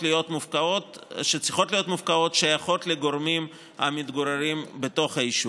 להיות מופקעות שייכות לגורמים המתגוררים בתוך היישוב.